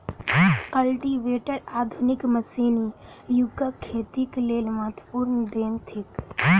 cultivator आधुनिक मशीनी युगक खेतीक लेल महत्वपूर्ण देन थिक